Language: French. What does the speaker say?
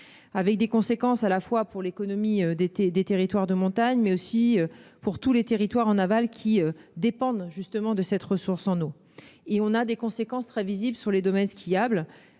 des conséquences à la fois pour l'économie des territoires de montagne et pour tous les territoires en aval qui dépendent de cette ressource en eau. Les conséquences sont très visibles sur les domaines skiables,